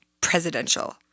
presidential